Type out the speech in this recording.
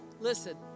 Listen